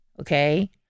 Okay